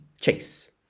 Chase